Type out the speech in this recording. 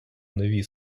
нові